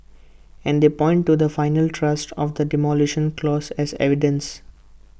and they point to the final trust of the Demolition Clause as evidence